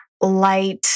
light